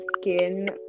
skin